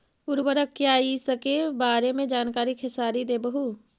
उर्वरक क्या इ सके बारे मे जानकारी खेसारी देबहू?